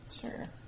Sure